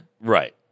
Right